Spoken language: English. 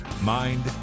mind